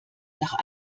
nach